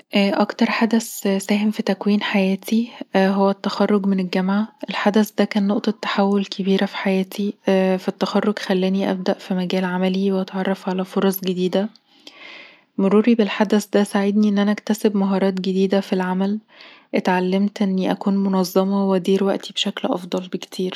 أكتر حدث ساهم في تكوين حياتي هو التخرج من الجامعة، الحدث ده كان نقطة تحول كبيرة في حياتي فالتخرج خلاني أبدأ في مجال عملي وأتعرف على فرص جديدة.مروري بالحدث ده ساعدني ان انا أكتسب مهارات جديدة في العمل. اتعلمت اني أكون منظمة وأدير وقتي بشكل أفضل بكتير